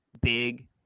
big